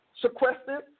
sequestered